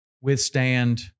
withstand